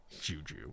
Juju